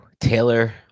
Taylor